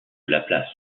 laplace